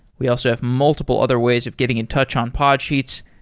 we also have multiple other ways of getting in touch on podsheets.